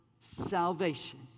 salvation